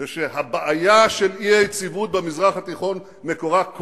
זה שהבעיה של האי-יציבות במזרח התיכון מקורה,